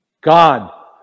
God